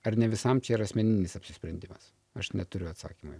ar ne visam čia yra asmeninis apsisprendimas aš neturiu atsakymo